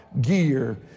gear